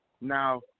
Now